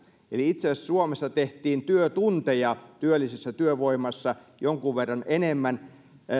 eli itse asiassa suomessa tehtiin työtunteja työllisessä työvoimassa jonkun verran enemmän